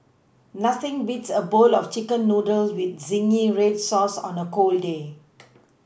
nothing beats a bowl of chicken noodles with zingy red sauce on a cold day